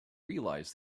realise